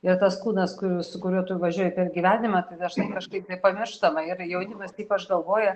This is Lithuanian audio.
ir tas kūnas kur su kuriuo tu važiuoji per gyvenimą dažnai kažkaip tai pamirštama ir jaunimas ypač galvoja